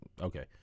Okay